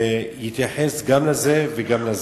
שיתייחס גם לזה וגם לזה.